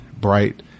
bright